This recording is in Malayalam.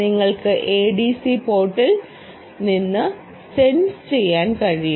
നിങ്ങൾക്ക് ADC പോർട്ടിൽ നിന്ന്സെൻസ് ചെയ്യാൻ കഴിയും